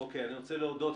אני רוצה להודות.